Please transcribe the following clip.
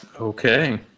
Okay